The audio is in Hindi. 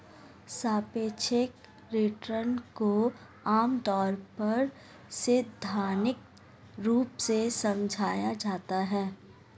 सापेक्ष रिटर्न को आमतौर पर सैद्धान्तिक रूप से समझाया जाता है